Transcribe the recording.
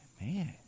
Man